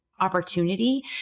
opportunity